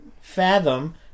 fathom